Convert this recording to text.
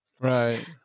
right